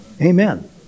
Amen